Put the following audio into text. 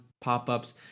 pop-ups